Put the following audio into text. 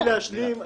תני לי להשלים.